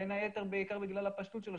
בין היתר בעיקר בגלל הפשטות שלו,